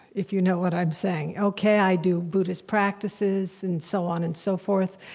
if you know what i'm saying. okay, i do buddhist practices and so on and so forth,